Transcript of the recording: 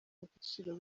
agaciro